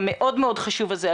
המאוד חשוב הזה,